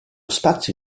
spazio